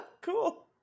cool